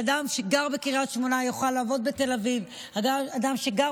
שאדם שגר בקריית שמונה יוכל לעבוד בתל אביב ושאדם שגר